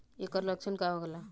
ऐकर लक्षण का होला?